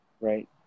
Right